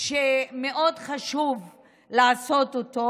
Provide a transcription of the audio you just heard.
שמאוד חשוב לעשות אותו.